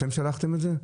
אתם שלחתם את זה?